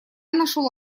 нашел